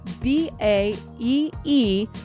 B-A-E-E